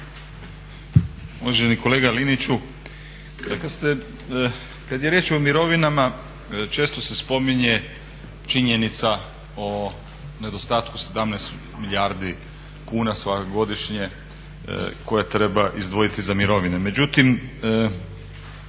Uvaženi kolega Liniću, kad ste, kad je riječ o mirovinama često se spominje činjenica o nedostatku 17 milijardi kuna godišnje koje treba izdvojiti za mirovine.